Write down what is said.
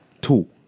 two